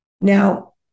Now